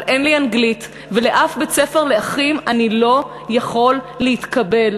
אבל אין לי אנגלית ולשום בית-ספר לאחים אני לא יכול להתקבל.